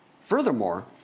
Furthermore